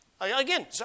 Again